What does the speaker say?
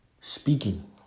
speaking